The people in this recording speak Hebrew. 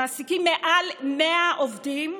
המעסיקים מעל 100 עובדים,